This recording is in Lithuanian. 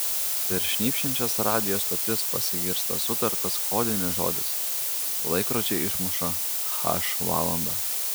per šnypščiančias radijo stotis pasigirsta sutartas kodinis žodis laikrodžiai išmuša h valandą